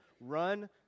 run